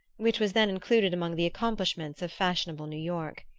which was then included among the accomplishments of fashionable new york.